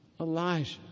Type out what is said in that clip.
Elijah